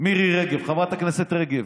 מירי רגב, חברת הכנסת רגב.